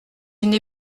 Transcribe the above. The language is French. une